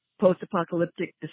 post-apocalyptic